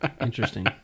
Interesting